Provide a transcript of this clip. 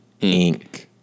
Inc